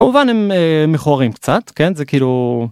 כמובן הם מכוערים קצת כן זה כאילו.